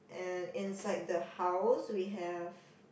and inside the house we have